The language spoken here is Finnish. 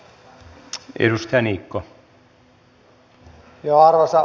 arvoisa puhemies